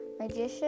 Magician